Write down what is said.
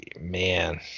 man